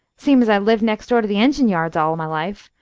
seem' as i've lived next door to the engine yards all my life,